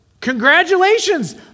congratulations